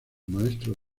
maestros